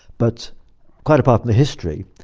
but quite apart from the history,